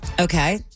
Okay